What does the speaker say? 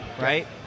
right